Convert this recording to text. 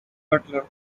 butler